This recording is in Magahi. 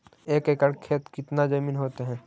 एक एकड़ खेत कितनी जमीन होते हैं?